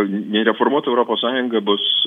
neįreformuota europos sąjunga bus